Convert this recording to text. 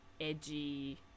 edgy